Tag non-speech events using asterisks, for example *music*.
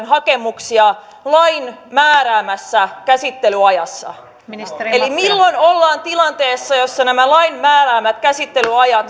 *unintelligible* hakemuksia lain määräämässä käsittelyajassa eli milloin ollaan tilanteessa jossa nämä lain määräämät käsittelyajat